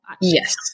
Yes